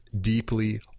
deeply